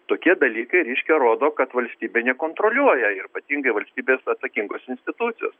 tokie dalykai ryškio rodo kad valstybė nekontroliuoja ir ypatingai valstybės atsakingos institucijos